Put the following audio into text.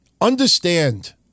understand